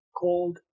called